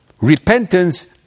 repentance